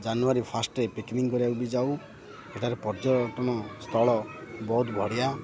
ଜାନୁଆରୀ first picnic କରିବାକୁ ବି ଯାଉ ଏଠାରେ ପର୍ଯ୍ୟଟନ ସ୍ଥଳ ବହୁତ ବଢ଼ିଆ